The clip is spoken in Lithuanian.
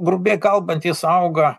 grubiai kalbant jis auga